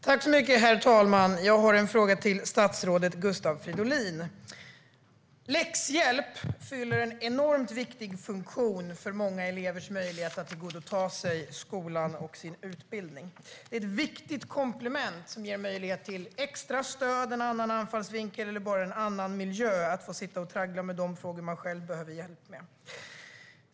Herr talman! Jag har en fråga till statsrådet Gustav Fridolin. Läxhjälp fyller en enormt viktig funktion för många elevers möjlighet att tillgodogöra sig skolan och sin utbildning. Det är ett viktigt komplement som ger möjlighet till extra stöd, en annan anfallsvinkel eller bara en annan miljö att få sitta och traggla med de frågor eleverna själva behöver hjälp med.